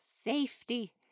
safety